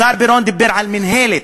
השר פירון דיבר על מינהלת,